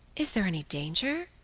is there any danger?